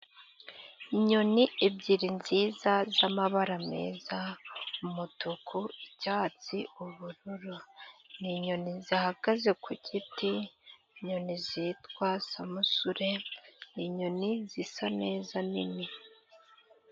Inyoni ebyiri nziza zamabara meza umutuku, icyatsi, ubururu ninyoni zihagaze ku giti inyoni zitwa samusure inyoni zisa neza nini.